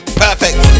perfect